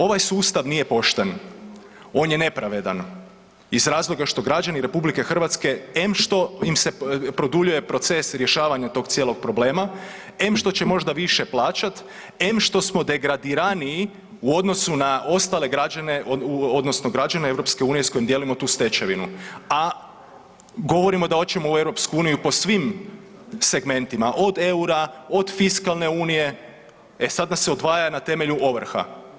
Ovaj sustav nije pošten, on je nepravedan iz razloga što građani RH em što im se produljuje proces rješavanja tog cijelog problema, em što će možda više plaćat, em što smo degradiraniji u odnosu ostale građane odnosno građane EU s kojim dijelimo tu stečevinu, a govorimo da hoćemo u EU po svim segmentima, od EUR-a, od fiskalne unije, e sad nas se odvaja na temelju ovrha.